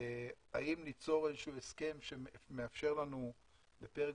האם ליצור איזשהו הסכם שמאפשר לנו בפרק